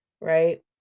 Right